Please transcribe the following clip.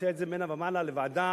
הוציאה את זה ממנה והלאה לוועדה